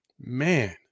man